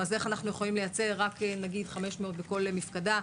אז איך אתם יכולים לייצר רק 500 בכל מפקדה?